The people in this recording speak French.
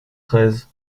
treize